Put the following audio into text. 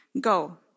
Go